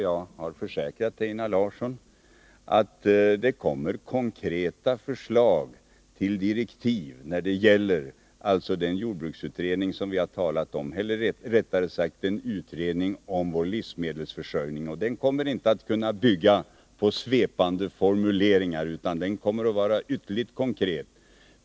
Jag kan försäkra Einar Larsson att det kommer konkreta förslag till direktiv för den utredning om vår livsmedelsförsörjning som vi talat om. De kommer inte att bygga på svepande formuleringar utan vara ytterligt konkreta.